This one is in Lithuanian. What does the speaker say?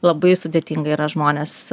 labai sudėtinga yra žmones